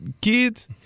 kids